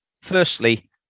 firstly